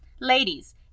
Ladies